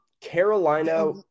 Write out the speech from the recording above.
Carolina